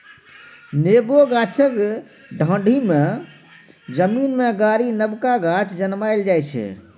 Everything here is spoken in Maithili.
नेबो गाछक डांढ़ि केँ जमीन मे गारि नबका गाछ जनमाएल जाइ छै